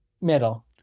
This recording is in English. Middle